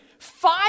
Five